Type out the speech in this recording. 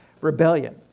rebellion